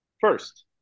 First